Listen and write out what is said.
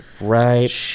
Right